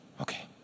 Okay